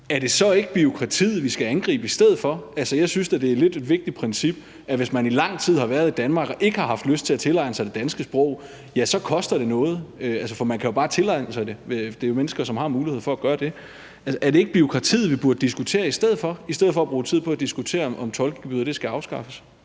om det så ikke er bureaukratiet, vi i stedet skal angribe. Altså, jeg synes da, det er et lidt vigtigt princip, at det, hvis man har været i Danmark i lang tid og ikke har haft lyst til at tilegne sig det danske sprog, så koster noget. For man kan jo bare tilegne sig det, og det er jo mennesker, som har en mulighed for at gøre det. Er det ikke bureaukratiet, vi burde diskutere i stedet for at bruge tid på at diskutere, om tolkegebyret skal afskaffes?